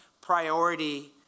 priority